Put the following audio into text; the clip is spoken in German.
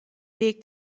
weg